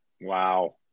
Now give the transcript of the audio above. Wow